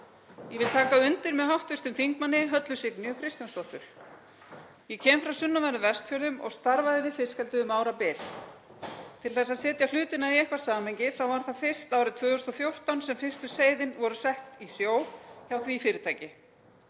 Ég vil taka undir með hv. þm. Höllu Signýju Kristjánsdóttur. Ég kem frá sunnanverðum Vestfjörðum og starfaði við fiskeldi um árabil. Til að setja hlutina í eitthvert samhengi þá var það fyrst árið 2014 sem fyrstu seiðin voru sett í sjó hjá því fyrirtæki.